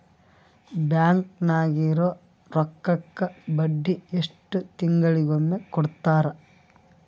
Bank ನಾಗಿರೋ ರೊಕ್ಕಕ್ಕ ಬಡ್ಡಿ ಎಷ್ಟು ತಿಂಗಳಿಗೊಮ್ಮೆ ಕೊಡ್ತಾರ?